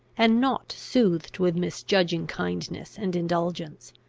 and not soothed with misjudging kindness and indulgence.